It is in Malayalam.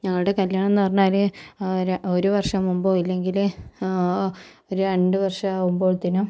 ഞങ്ങളുടെ കല്യാണം എന്ന് പറഞ്ഞാല് ഒരു വർഷം മുമ്പൊ ഇല്ലെങ്കിൽ രണ്ടു വർഷമാവുമ്പോള്തിന്നും